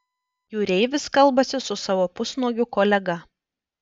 jūreivis kalbasi su savo pusnuogiu kolega